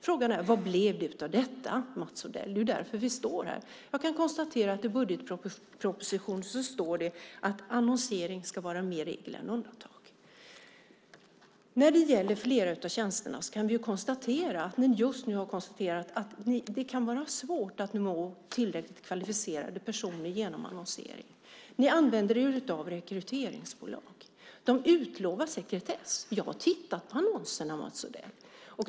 Frågan är: Vad blev det av detta, Mats Odell? Det är ju därför vi står här. Jag kan konstatera att det i budgetpropositionen står att annonsering ska vara mer regel än undantag. När det gäller flera av tjänsterna har ni just konstaterat att det kan vara svårt att nå tillräckligt kvalificerade personer genom annonsering. Ni använder er ju av rekryteringsbolag. De utlovar sekretess. Jag har tittat på annonserna, Mats Odell.